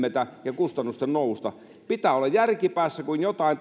kotien kylmetä ja kustannusten nousta pitää olla järki päässä kun jotain